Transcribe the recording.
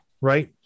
right